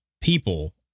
people